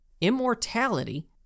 immortality